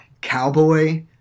Cowboy